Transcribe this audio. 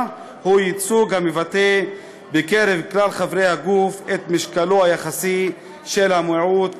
הוא ייצוג המבטא בקרב כלל חברי הגוף את משקלו היחסי של המיעוט באוכלוסייה.